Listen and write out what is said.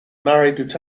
married